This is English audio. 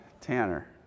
Tanner